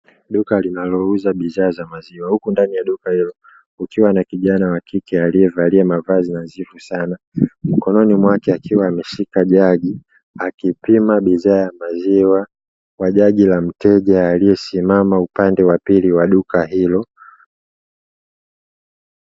Duka linalouza bidhaa za maziwa huku ndani ya duka hilo kukiwa na kijana wa kike aliyevalia mavazi nadhifu sana, mikononi mwake akiwa ameshika jagi akipima bidhaa ya maziwa kwa jagi la mteja aliyesimama upande wa pili wa duka hilo.